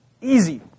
easy